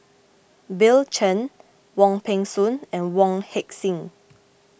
Bill Chen Wong Peng Soon and Wong Heck Sing